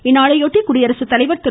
இந்நாளையொட்டி குடியரசுத்தலைவர் திரு